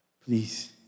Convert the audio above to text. please